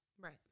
Right